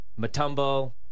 Matumbo